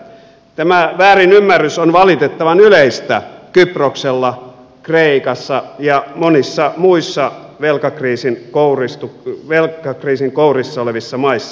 tämä väärinymmärrys on valitettavan yleistä kyproksella kreikassa ja monissa muissa velkakriisin kourissa olevissa maissa